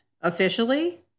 officially